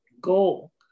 goal